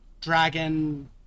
dragon